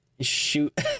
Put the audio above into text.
shoot